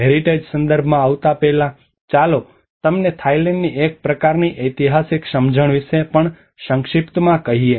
heritage સંદર્ભમાં આવતા પહેલા ચાલો તમને થાઇલેન્ડની એક પ્રકારની ઐતિહાસિક સમજણ વિશે પણ સંક્ષિપ્તમાં કહીએ